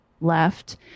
left